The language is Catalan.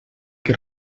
que